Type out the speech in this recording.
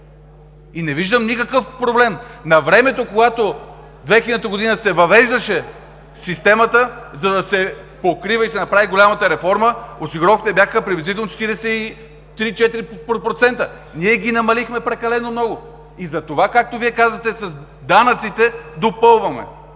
Не виждам никакъв проблем. Навремето, когато 2000 г. се въвеждаше системата, за да се покрива и се направи голямата реформа, осигуровките бяха приблизително 43 – 44%. Ние ги намалихме прекалено много! Затова, както Вие казвате, с данъците допълваме.